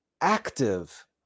active